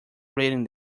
reading